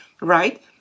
Right